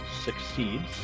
Succeeds